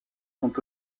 sont